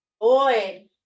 Boy